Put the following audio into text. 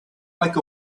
like